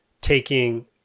taking